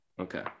okay